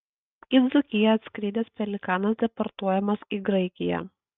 į dzūkiją atskridęs pelikanas deportuojamas į graikiją